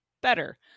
better